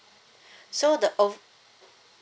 so the ov~